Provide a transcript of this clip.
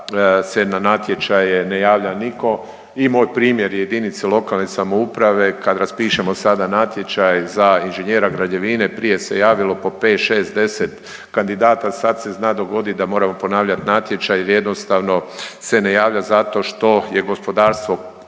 se na natječaje ne javlja nitko i moj primjer jedinice lokalne samouprave kad raspišemo sada natječaj za inženjera građevine, prije se javilo po 5,6, 10 kandidata. Sad se zna dogodit da moramo ponavljat natječaj jer jednostavno se ne javlja zato što je gospodarstvo